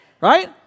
right